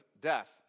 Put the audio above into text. death